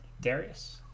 Darius